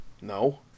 No